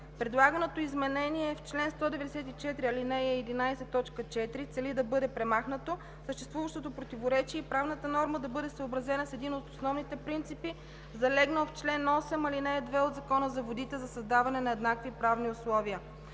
Предлаганото изменение в чл. 194, ал. 11, т. 4 цели да бъде премахнато съществуващото противоречие и правната норма да бъде съобразена с един от основните принципи, залегнал в чл. 8, ал. 2 от Закона за водите, за създаване на еднакви правни условия